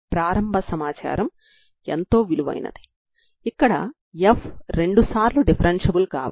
విలువలు వాస్తవ విలువలు మరియు వాటికి అనుగుణంగా ఉన్న ఐగెన్ ఫంక్షన్లు కూడా వాస్తవాలు